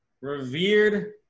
revered